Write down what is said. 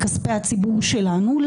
מכספי הציבור שלנו,